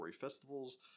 festivals